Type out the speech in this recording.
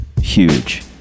huge